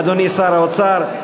אדוני שר האוצר,